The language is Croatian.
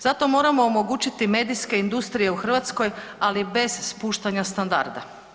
Zato moramo omogućiti medijske industrije u Hrvatskoj ali bez spuštanja standarda.